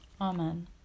Amen